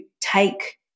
take